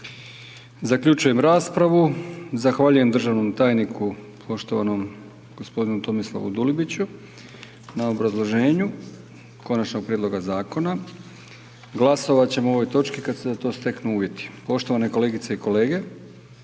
Zaključujem raspravu. Zahvaljujem državnom tajniku, poštovanom gospodinu Tomislavu Dulibiću na obrazloženju Konačnog prijedloga Zakona. Glasovat ćemo o ovoj točki kad se za to steknu uvjeti.